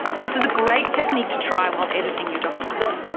this is a great technique to try while editing your document.